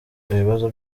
ibibazo